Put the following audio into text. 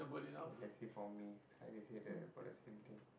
okay let's see for me sekali they say the about the same thing